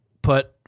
put